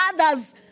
others